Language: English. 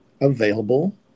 available